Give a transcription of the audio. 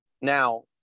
Now